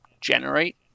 generate